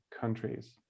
countries